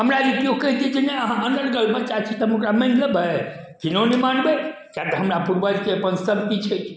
हमरा ई केओ कहि दिअ जे नहि अहाँ अनर्गल बच्चा छी तऽ हम ओकरा मानि लेबै किन्नो नहि मानबै किए तऽ हमरा पूर्बजके अपन शक्ति छैक